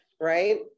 right